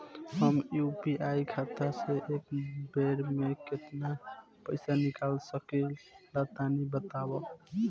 हम यू.पी.आई खाता से एक बेर म केतना पइसा निकाल सकिला तनि बतावा?